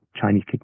Chinese